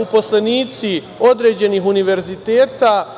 uposlenici određenih univerziteta,